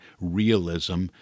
realism